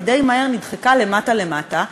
אבל היא די מהר נדחקה למטה למטה,